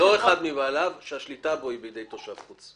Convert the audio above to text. לא אחד מבעליו אלא השליטה בו היא בידי תושב חוץ.